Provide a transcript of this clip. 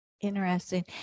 Interesting